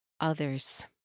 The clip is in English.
others